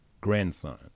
grandson